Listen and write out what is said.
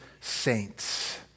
saints